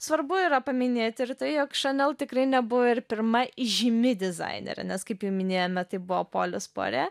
svarbu yra paminėti ir tai jog šanel tikrai nebuvo ir pirma įžymi dizainerė nes kaip jau minėjome tai buvo polis puare